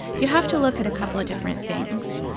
you have to look at a couple of different things.